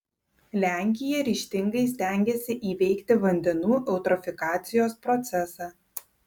lenkija ryžtingai stengiasi įveikti vandenų eutrofikacijos procesą